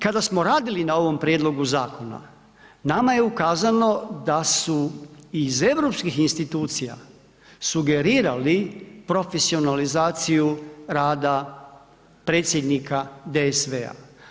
Kada smo radili na ovom prijedlogu zakona, nama je ukazano da su iz europskih institucija sugerirali profesionalizaciju rada predsjednika DSV-a.